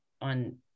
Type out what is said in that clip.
On